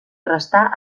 restar